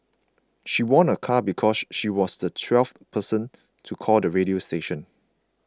she won a car because she was the twelfth person to call the radio station